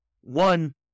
one